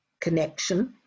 connection